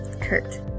Kurt